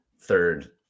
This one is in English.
third